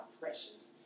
precious